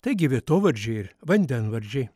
taigi vietovardžiai vandenvardžiai